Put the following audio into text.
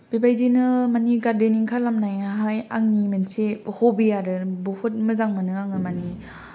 बेबायदिनो मानि गार्देनिं खालामनाया हाय आंनि मोनसे हबि आरो बुहुथ मोजां मोनो आङो मानि